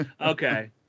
okay